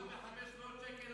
פחות מ-500 שקל,